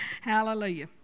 Hallelujah